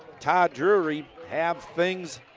todd drury, have things